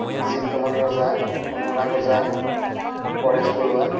Chintumoni Oja Anurag Oja Paresh Barua